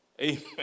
Amen